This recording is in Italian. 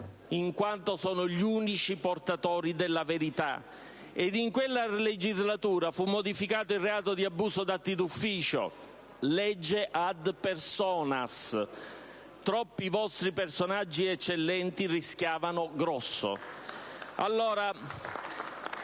in quanto sono gli unici portatori della verità. In quella legislatura, fu modificato il reato di abuso d'ufficio, con una legge *ad personas*, in quanto troppi vostri personaggi eccellenti rischiavano grosso.